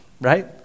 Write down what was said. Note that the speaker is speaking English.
right